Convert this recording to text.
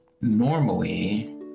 Normally